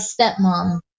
stepmom